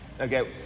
okay